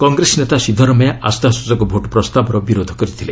କଂଗ୍ରେସ ନେତା ସିଦ୍ଦରମେୟା ଆସ୍ଥାସ୍ଟିଚକ ଭୋଟ୍ ପ୍ରସ୍ତାବର ବିରୋଧ କରିଥିଲେ